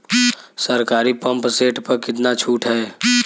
सरकारी pump set प कितना छूट हैं?